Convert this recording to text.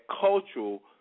cultural